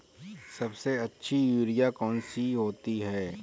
सबसे अच्छी यूरिया कौन सी होती है?